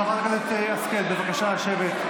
חברת הכנסת השכל, בבקשה לשבת.